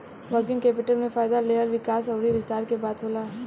working capital में फ़ायदा लेहल विकास अउर विस्तार के बात होला